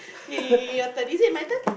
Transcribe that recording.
yeah yeah yeah your turn is it my turn